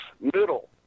middle